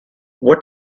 what